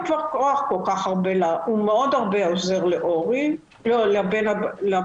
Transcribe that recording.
כבר כוח כל כך הרבה ל הוא עוזר מאוד לבן הפגוע,